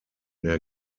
der